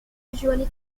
usually